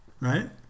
right